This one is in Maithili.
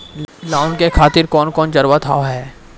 लोन के खातिर कौन कौन चीज के जरूरत हाव है?